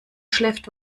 schläft